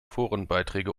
forenbeiträge